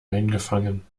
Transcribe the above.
eingefangen